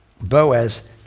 Boaz